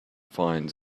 finds